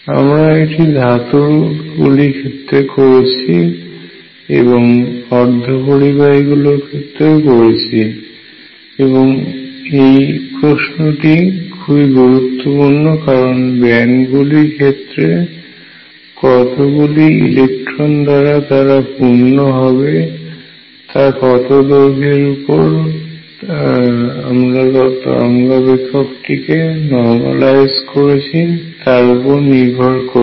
আমরা এটি ধাতু গুলির ক্ষেত্রে করেছি এবং অর্ধপরিবাহীর ক্ষেত্রে করেছি এবং এই প্রশ্নটিই খুবই গুরুত্বপূর্ণ কারণ ব্যান্ড গুলি ক্ষেত্রে কতগুলি ইলেকট্রন দ্বারা তারা পূর্ণ হবে তা কত দৈর্ঘের উপর আমরা তরঙ্গ অপেক্ষকটিকে নর্মালাইজ করেছি তার উপর নির্ভর করবে